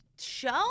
show